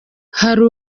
hari